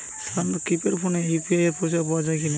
সাধারণ কিপেড ফোনে ইউ.পি.আই পরিসেবা পাওয়া যাবে কিনা?